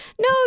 no